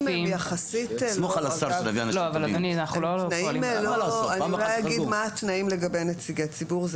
אני אולי אגיד מה התנאים לגבי נציגי ציבור.